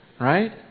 Right